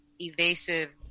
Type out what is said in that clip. evasive